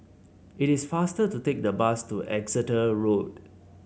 it is faster to take the bus to Exeter Road